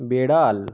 বেড়াল